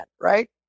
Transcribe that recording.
right